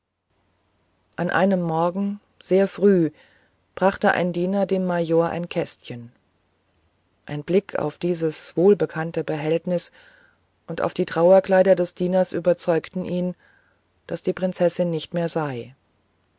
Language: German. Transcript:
an einem morgen sehr frühe brachte ein diener dem major ein kästchen ein blick auf dieses wohlbekannte behältnis und auf die trauerkleider des dieners überzeugten ihn daß die prinzessin nicht mehr sei